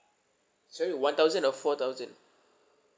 sorry one thousand or four thousand